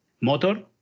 motor